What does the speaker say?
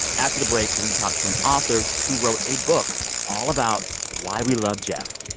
after the break, we talk to an author who wrote a book all about why we love jeff.